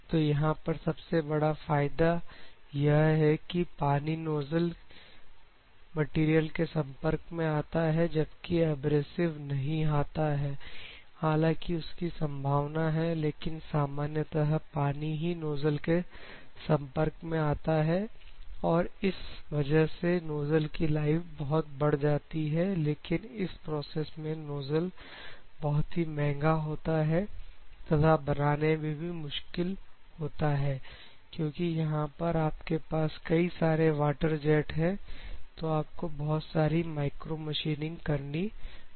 तो यहां पर सबसे बड़ा फायदा यह है कि पानी नोजल मटेरियल के संपर्क में आता है जबकि एब्रेसिव नहीं आता है हालांकि उसके संभावना है लेकिन सामान्यतः पानी ही नोजल के संपर्क में आता है इस वजह से नोजल की लाइफ बहुत बढ़ जाती है लेकिन इस प्रोसेस में नोजल बहुत ही महंगा होता है तथा बनाने में भी मुश्किल होता है क्योंकि यहां पर आपके पास कई सारे वाटर जेट है तो आपको बहुत सारी माइक्रोमशीनिंग करनी पड़ती है